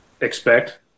expect